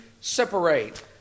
separate